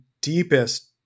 deepest